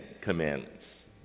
Commandments